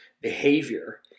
behavior